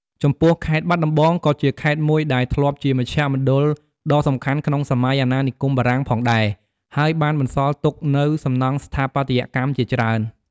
ចំពោះខេត្តបាត់ដំបងក៏ជាខេត្តមួយដែលធ្លាប់ជាមជ្ឈមណ្ឌលដ៏សំខាន់ក្នុងសម័យអាណានិគមបារាំងផងដែរ ហើយបានបន្សល់ទុកនូវសំណង់ស្ថាបត្យកម្មជាច្រើន។